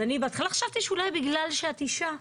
בהתחלה חשבתי שאולי בגלל שאת אישה,